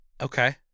Okay